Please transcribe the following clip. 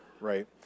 right